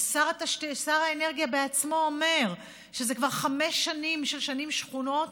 ושר האנרגיה בעצמו אומר שזה כבר חמש שנים שחונות,